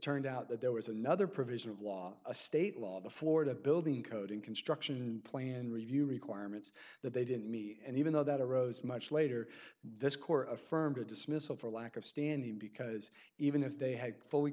turned out that there was another provision of law a state law the florida building code in construction in plan review requirements that they didn't me and even though that arose much later this corps affirmed a dismissal for lack of standing because even if they had fully